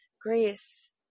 grace